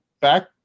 back